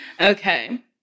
Okay